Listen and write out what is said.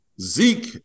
Zeke